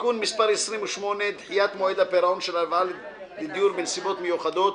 (תיקון מס' 28) (דחיית מועד הפירעון של הלוואה לדיור בנסיבות מיוחדות),